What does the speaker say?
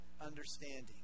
understanding